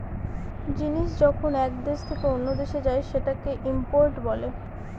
জিনিস যখন এক দেশ থেকে অন্য দেশে যায় সেটাকে ইম্পোর্ট বলে